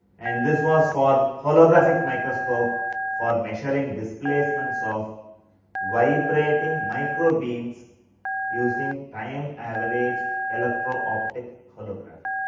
and this was for holographic micro scope for measuring displacements of vibrating micro beams using time average electro optic holography.